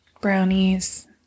Brownies